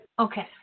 Okay